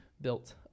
built